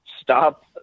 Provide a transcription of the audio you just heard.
stop